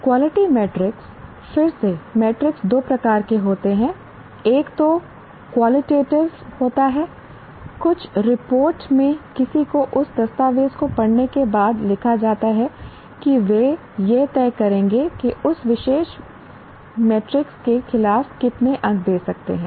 qualitative metric फिर से metrics दो प्रकार के होते हैं एक तो क्वालिटेटिव होता है कुछ रिपोर्ट में किसी को उस दस्तावेज़ को पढ़ने के बाद लिखा जाता है कि वे यह तय करेंगे कि उस विशेष मीट्रिक के खिलाफ कितने अंक दे सकते हैं